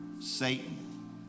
Satan